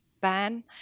ban